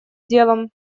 делом